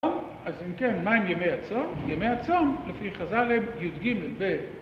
אז אם כן, מה הם ימי הצום? ימי הצום, לפי חז׳׳ל הם, י״ג ב...